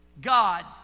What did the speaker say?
God